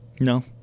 No